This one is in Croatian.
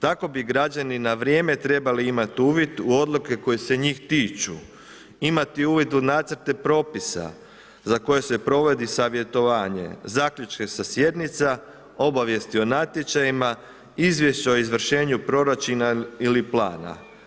Tako bi građani na vrijeme trebali imati uvid u odluke koje se njih tiču, imati uvid u nacrte propisa za koje se provodi savjetovanje, zaključke sa sjednica, obavijesti o natječajima, izvješće o izvršenju proračuna ili plana.